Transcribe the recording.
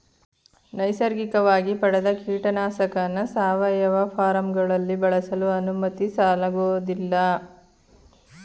ನೈಸರ್ಗಿಕವಾಗಿ ಪಡೆದ ಕೀಟನಾಶಕನ ಸಾವಯವ ಫಾರ್ಮ್ಗಳಲ್ಲಿ ಬಳಸಲು ಅನುಮತಿಸಲಾಗೋದಿಲ್ಲ